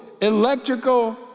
electrical